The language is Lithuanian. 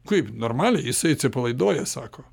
kaip normaliai jisai atsipalaiduoja sako